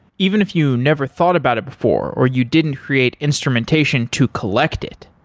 even if you never thought about it before or you didn't create instrumentation to collect it.